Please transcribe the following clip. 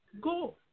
go